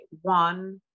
one